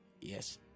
Yes